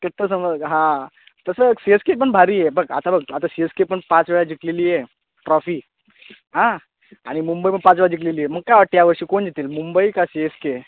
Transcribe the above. ते तसं बघा हा तसं सी एस के पण भारी आहे बघ आता बघ आता सी एस के पण पाच वेळा जिंकलेली आहे ट्रॉफी हां आणि मुंबई पण पाच वेळा जिंकलेलीए आहे मग काय वाटते या वर्षी कोण जितेल मुंबई का सी एस के